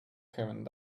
having